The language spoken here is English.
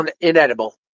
inedible